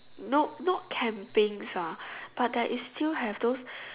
no not campings ah but there is still have those